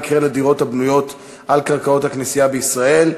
מה יקרה לדירות הבנויות על קרקעות הכנסייה בישראל?